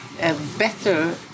Better